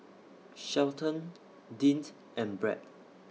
Shelton Deante and Brett